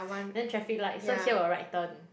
then traffic light so here will right turn